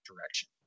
direction